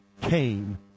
came